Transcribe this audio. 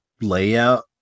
layout